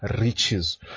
riches